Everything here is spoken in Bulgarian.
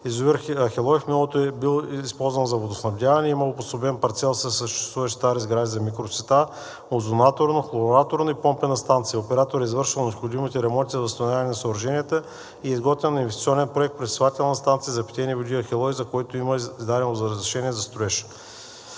Язовир „Ахелой“ в миналото е бил използван за водоснабдяване и е имало обособен парцел със съществуващи стари сгради за микросита, озонаторно, хлораторно и помпена станция. Операторът е извършил необходимите ремонти за възстановяване на съоръженията и е изготвен инвестиционен проект: „Пречиствателна станция за питейни води „Ахелой“, за който има издадено разрешение за строеж.